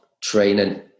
training